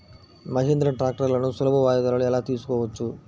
మహీంద్రా ట్రాక్టర్లను సులభ వాయిదాలలో ఎలా తీసుకోవచ్చు?